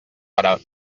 parar